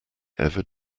ever